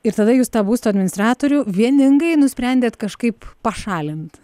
ir tada jūs tą būsto administratorių vieningai nusprendėt kažkaip pašalint